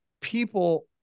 people